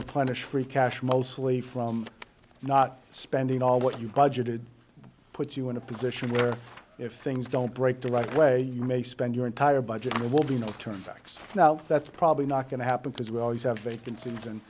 replenish free cash mostly from not spending all what you budgeted puts you in a position where if things don't break the right way you may spend your entire budget will be no term facts now that's probably not going to happen because we always have vacancies and